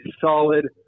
solid